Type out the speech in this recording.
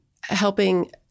helping